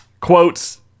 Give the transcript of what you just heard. quotes